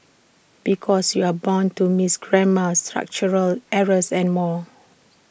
because you're bound to miss grammar structural errors and more